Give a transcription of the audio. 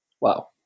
wow